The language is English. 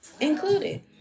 included